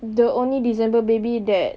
the only december baby that